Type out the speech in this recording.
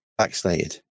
vaccinated